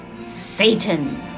Satan